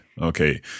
okay